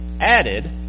added